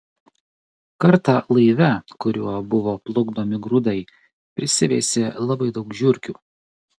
kartą laive kuriuo buvo plukdomi grūdai prisiveisė labai daug žiurkių